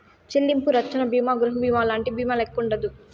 చెల్లింపు రచ్చన బీమా గృహబీమాలంటి బీమాల్లెక్కుండదు